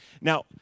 Now